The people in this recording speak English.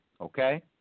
Okay